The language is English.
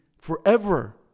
forever